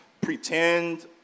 pretend